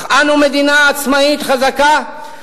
אך אנו מדינה עצמאית חזקה,